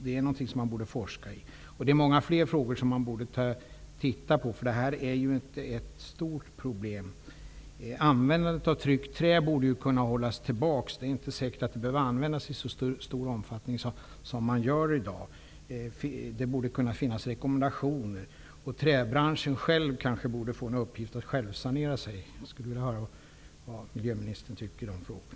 Det finns många fler frågor som vi borde titta på. Detta är ju ett stort problem. Användningen av tryckt trä kanske kan hållas tillbaka. Det är inte säkert att det skulle behöva användas i så stor omfattning som sker i dag. Det borde finnas rekommendationer för detta. Träbranschen själv kan kanske få i uppgift att självsanera sig. Jag skulle vilja höra vad miljöministern tycker i dessa frågor.